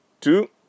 Two